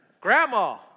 Grandma